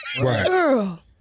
Girl